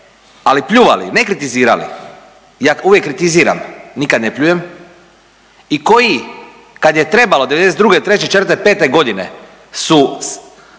ali pljuvali, ne kritizirali, ja uvijek kritiziram, nikad ne pljujem i koji, kad je trebalo, '92., '3., '4., '5. godine su